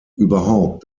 überhaupt